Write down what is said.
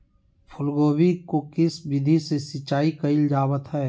फूलगोभी को किस विधि से सिंचाई कईल जावत हैं?